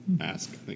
ask